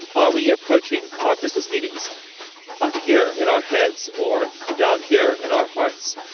and are we approaching our business meetings up here in our heads or down here in our hearts?